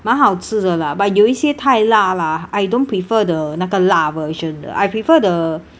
蛮好吃的 lah but 有一些太辣 lah I don't prefer the 那个辣 version I prefer the